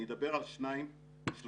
אני אדבר על שני נושאים,